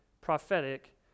prophetic